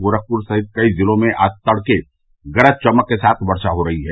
गोरखपुर सहित कई जिलों में आज तड़के गरज चमक के साथ वर्षा हो रही हैं